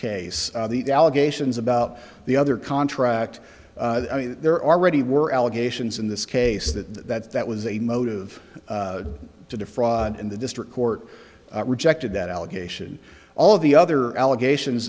case the allegations about the other contract i mean there are already were allegations in this case that that that was a motive to defraud and the district court rejected that allegation all of the other allegations